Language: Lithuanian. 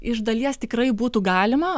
iš dalies tikrai būtų galima